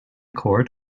court